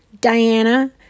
Diana